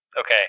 Okay